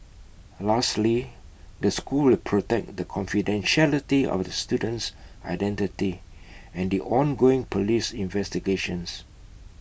lastly the school will protect the confidentiality of the student's identity and the ongoing Police investigations